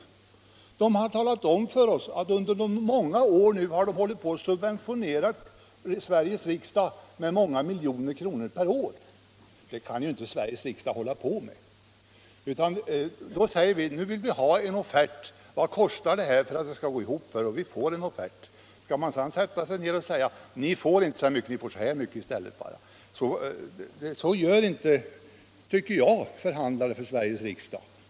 Kommunen har talat om för oss att man under många år har subventionerat Sveriges riksdag med många miljoner per år. Det kan inte Sveriges riksdag godta. Då säger vi: Nu vill vi ha en offert. Vad kostar detta för att det skall gå ihop för er? Och vi får en offert. Skall man i det läget komma med ett motbud och säga: Ni får inte så mycket, ni får nöja er med si eller så mycket i stället? Så bör förhandlare för Sveriges riksdag enligt min mening inte göra.